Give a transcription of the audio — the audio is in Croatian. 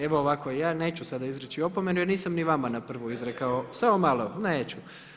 Evo ovako, ja neću sada izreći opomenu jer nisam ni vama na prvu izrekao, samo malo, neću.